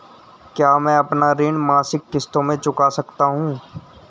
क्या मैं अपना ऋण मासिक किश्तों में चुका सकता हूँ?